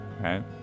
right